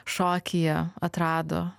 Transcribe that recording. šokyje atrado